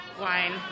Wine